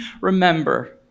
remember